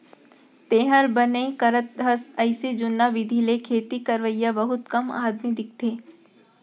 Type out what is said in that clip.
तैंहर बने करत हस अइसे जुन्ना बिधि ले खेती करवइया बहुत कम आदमी दिखथें